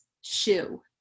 shoe